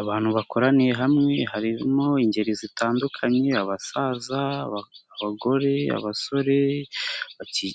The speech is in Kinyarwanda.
Abantu bakoraniye hamwe barimo ingeri zitandukanye abasaza, abagore, abasore